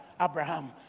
Abraham